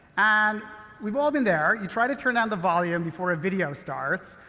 and we've all been there you try to turn down the volume before a video starts,